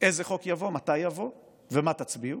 איזה חוק יבוא, מתי יבוא ומה תצביעו,